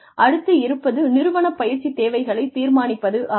அடுத்து இருப்பது நிறுவன பயிற்சி தேவைகளைத் தீர்மானிப்பதாகும்